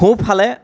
সোঁফালে